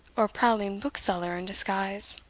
or prowling bookseller in disguise